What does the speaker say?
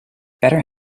better